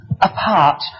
apart